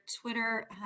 Twitter